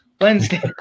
Wednesday